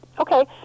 Okay